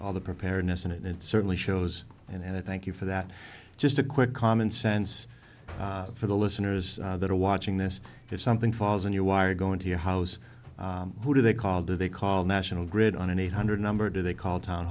all the preparedness and it certainly shows and i thank you for that just a quick common sense for the listeners that are watching this is something falls in your wire go into your house who do they call do they call national grid on an eight hundred number do they call town